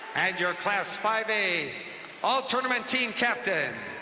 and your class five a all-tournament team captain,